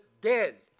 dead